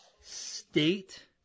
state